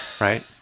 right